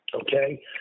Okay